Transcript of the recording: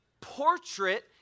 portrait